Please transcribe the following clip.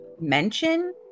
mention